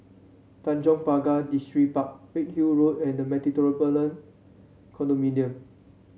Tanjong Pagar Distripark Redhill Road and The Metropolitan Condominium